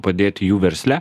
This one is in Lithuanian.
padėti jų versle